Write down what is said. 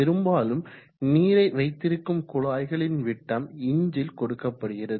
பெரும்பாலும் நீரை வைத்திருக்கும் குழாய்களின் விட்டம் இன்ச் ல் கொடுக்கப்படுகிறது